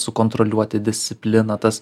sukontroliuoti discipliną tas